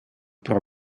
pro